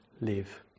live